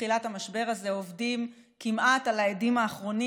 מתחילת המשבר הזה עובדים כמעט על האדים האחרונים.